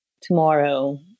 tomorrow